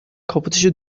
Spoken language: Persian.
کاپوتشو